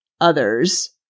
others